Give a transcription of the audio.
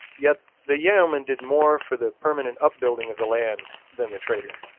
yet the yeoman did more for the permanent upbuilding of the land than the trader,